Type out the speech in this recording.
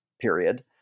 Period